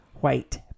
white